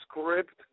script